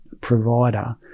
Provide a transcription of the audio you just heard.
provider